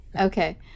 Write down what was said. Okay